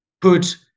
put